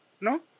No